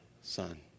son